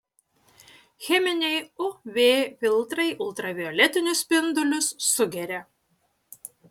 cheminiai uv filtrai ultravioletinius spindulius sugeria